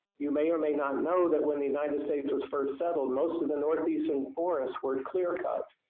you may or may not know that when the united states was first settled, most of the northeastern forest were clear-cut,